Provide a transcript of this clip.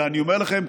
ואני אומר לכם,